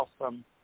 awesome